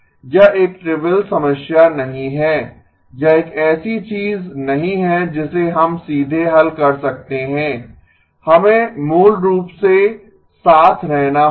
यह एक ट्रिविअल समस्या नहीं है यह ऐसी चीज नहीं है जिसे हम सीधे हल कर सकते हैं हमें मूल रूप से साथ रहना होगा